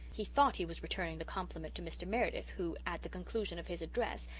he thought he was returning the compliment to mr. meredith, who, at the conclusion of his address,